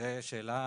זו שאלה